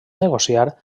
negociar